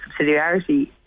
subsidiarity